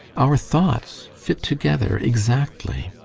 our thoughts fit together exactly.